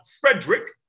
Frederick